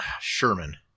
Sherman